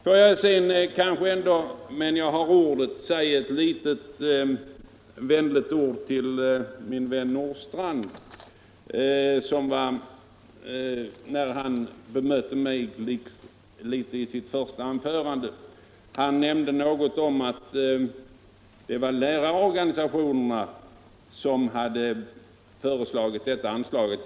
Får jag sedan, medan jag har ordet, säga några vänliga 'ord till min vän herr Nordstrandh, som bemötte mig något i sitt första anförande. Han nämnde något om att det var lärarorganisationerna som föreslagit detta anslag.